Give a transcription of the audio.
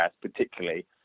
particularly